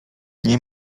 nie